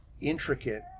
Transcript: intricate